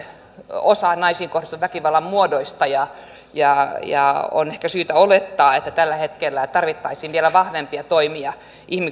osa naisiin kohdistuvista väkivallan muodoista ja ja on ehkä syytä olettaa että tällä hetkellä tarvittaisiin vielä vahvempia toimia